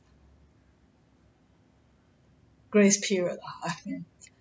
grace period